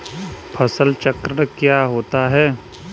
फसल चक्रण क्या होता है?